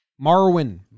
Marwin